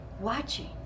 watching